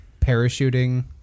parachuting